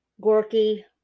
Gorky